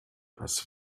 das